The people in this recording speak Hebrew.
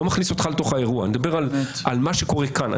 לא מכניס אותך לתוך האירוע אני מדבר על מה שקורה כאן.